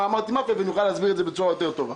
אמרתי "מאפיה" ונוכל להסביר בצורה טובה יותר.